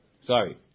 Sorry